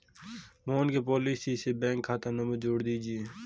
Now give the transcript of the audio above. मोहन के पॉलिसी से बैंक खाता नंबर जोड़ दीजिए